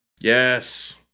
Yes